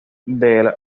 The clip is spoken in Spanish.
del